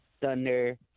Thunder